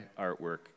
artwork